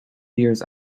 years